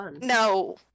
No